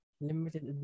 Limited